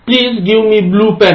Please give me blue pen